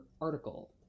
article